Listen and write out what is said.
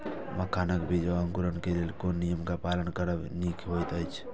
मखानक बीज़ क अंकुरन क लेल कोन नियम क पालन करब निक होयत अछि?